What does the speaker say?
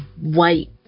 white